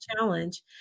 challenge